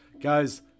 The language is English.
Guys